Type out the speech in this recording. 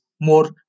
more